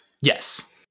yes